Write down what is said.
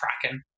Kraken